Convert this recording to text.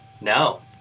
No